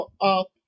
up